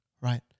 right